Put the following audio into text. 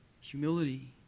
humility